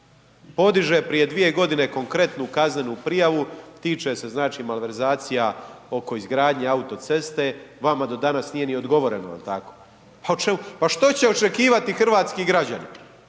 podiže prije 2 g. konkretnu kaznenu prijavu, tiče se znači malverzacija oko izgradnje autoceste, vama do danas nije ni odgovoreno, jel tako? Pa što će očekivati hrvatski građani?